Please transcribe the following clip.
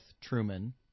Truman